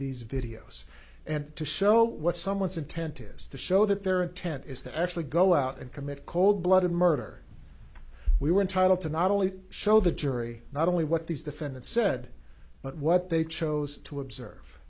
these videos and to show what someone's intent is to show that their intent is to actually go out and commit cold blooded murder we were entitled to not only show the jury not only what these defendants said but what they chose to observe